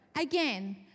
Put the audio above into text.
again